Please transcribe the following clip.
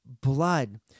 blood